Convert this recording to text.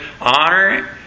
Honor